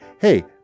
hey